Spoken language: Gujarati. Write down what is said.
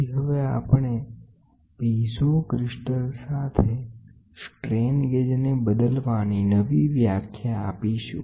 પછી સ્ટ્રેન ગેજ તમારી મદદમાં આવે છે